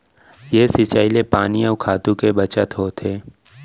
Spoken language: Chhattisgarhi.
ए सिंचई ले पानी अउ खातू के बचत होथे